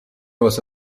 واست